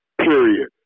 period